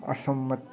असहमत